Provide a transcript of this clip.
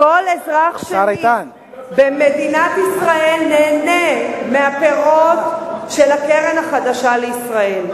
כל אזרח שני במדינת ישראל נהנה מהפירות של הקרן החדשה לישראל.